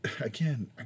again